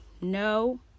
No